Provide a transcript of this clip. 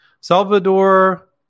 Salvador